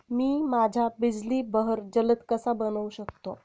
मी माझ्या बिजली बहर जलद कसा बनवू शकतो?